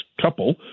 couple